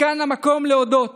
כאן המקום להודות